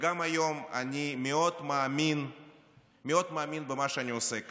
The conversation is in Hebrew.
וגם היום אני מאוד מאמין במה שאני עושה כאן.